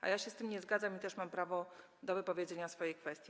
A ja się z tym nie zgadzam i też mam prawo do wypowiedzenia swojej kwestii.